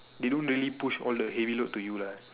you don't really push all the heavy load to you lah